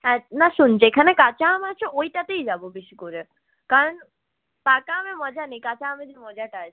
হ্যাঁ না শোন যেখানে কাঁচা আম আছে ওটাতেই যাব বেশি করে কারণ পাকা আমে মজা নেই কাঁচা আমে যে মজাটা আছে